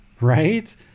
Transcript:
right